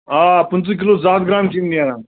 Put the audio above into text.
آ پٕنٛژٕہ کِلوٗ زٕ ہتھ گرام چھِ یِم نیران